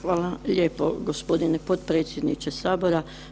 Hvala lijepo gospodine potpredsjedniče sabora.